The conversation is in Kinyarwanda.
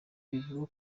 bivuga